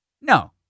No